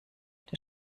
der